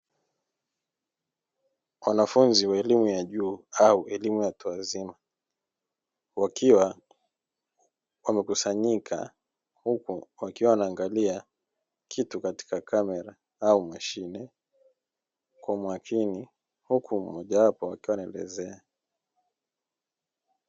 Wanafunzi wa elimu ya juu au elimu ya watu wazima, wakiwa wamekusanyika huku wakiwa wanaangalia kitu katika kamera au mashine, kwa makini huku mmoja wao akiwa anaelezea.